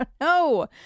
no